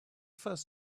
first